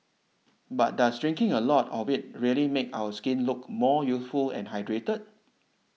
but does drinking a lot of it really make our skin look more youthful and hydrated